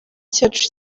cyacu